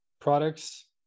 products